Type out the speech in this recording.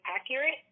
accurate